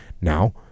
now